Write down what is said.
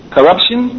Corruption